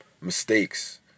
mistakes